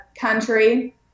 country